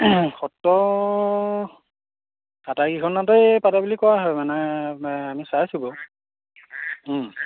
সত্ৰ আটাইকেইখনেতেই পাতা বুলি কোৱা হয় মানে আমি চাইছোঁ বাৰু